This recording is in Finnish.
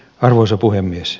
arvoisa puhemies